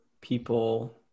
people